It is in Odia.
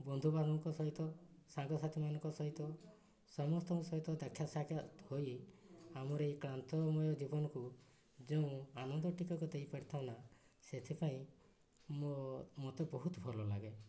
ବନ୍ଧୁବାନ୍ଧବଙ୍କ ସହିତ ସାଙ୍ଗସାଥିମାନଙ୍କ ସହିତ ସମସ୍ତଙ୍କ ସହିତ ଦେଖା ସାକ୍ଷାତ ହୋଇ ଆମର ଏ କ୍ଲାନ୍ତମୟ ଜୀବନକୁ ଯେଉଁ ଆନନ୍ଦ ଟିକକ ଦେଇପାରିଥାଉ ନା ସେଥିପାଇଁ ମୋ ମୋତେ ବହୁତ ଭଲ ଲାଗେ